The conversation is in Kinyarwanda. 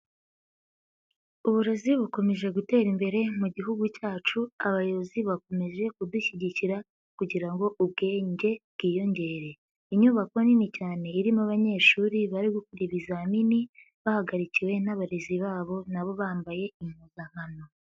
Uburezi bukomeje gutera imbere mu Gihugu cyacu abayobozi bakomeje kudushyigikira kugira ngo ubwnge bwiyongere. Inyubako nini cyane irimo abanyeshuri bari gukora ibizamini bahagarikiwe n'abarezi babo na bo bambaye impuzankano.